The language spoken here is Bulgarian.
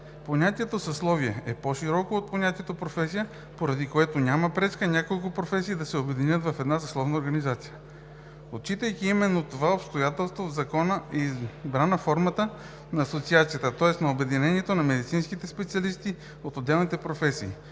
Понятието „съсловие“ е по-широко от понятието „професия“, поради което няма пречка няколко професии да се обединят в една съсловна организация. Отчитайки именно това обстоятелство, в Закона е избрана формата на асоциация, тоест на обединение на медицински специалисти от отделни професии.